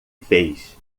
fez